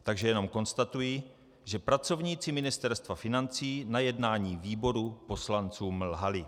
Takže jenom konstatuji, že pracovníci Ministerstva financí na jednání výboru poslancům lhali.